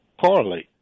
correlate